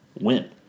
win